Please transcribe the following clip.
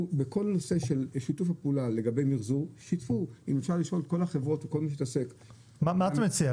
בכל הנושא של שיתוף הפעולה בעניין המיחזור שיתפנו -- מה אתה מציע?